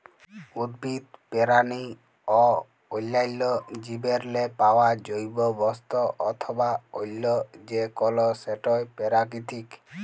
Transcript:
উদ্ভিদ, পেরানি অ অল্যাল্য জীবেরলে পাউয়া জৈব বস্তু অথবা অল্য যে কল সেটই পেরাকিতিক